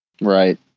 right